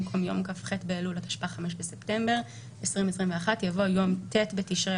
במקום "יום כ"ח באלול התשפ"א (5 בספטמבר 2021)" יבוא "יום ט' בתשרי